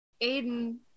Aiden